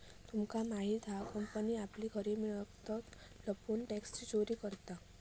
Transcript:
तुमका माहित हा कंपनी आपली खरी मिळकत लपवून टॅक्सची चोरी करता